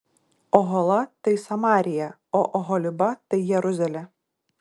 ohola tai samarija o oholiba tai jeruzalė